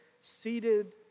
seated